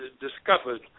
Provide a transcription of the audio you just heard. discovered